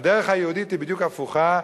והדרך היהודית היא בדיוק הפוכה,